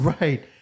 Right